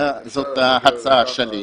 זאת ההצעה שלי.